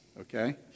Okay